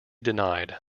denied